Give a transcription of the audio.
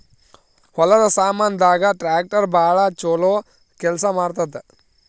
ಹೊಲದ ಸಾಮಾನ್ ದಾಗ ಟ್ರಾಕ್ಟರ್ ಬಾಳ ಚೊಲೊ ಕೇಲ್ಸ ಮಾಡುತ್ತ